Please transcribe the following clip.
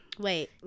wait